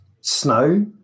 snow